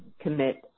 commit